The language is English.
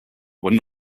were